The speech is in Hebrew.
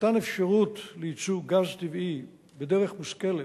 מתן אפשרות לייצוא גז טבעי בדרך מושכלת,